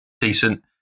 decent